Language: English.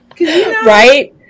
right